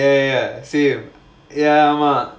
oh ya ya ya same while they are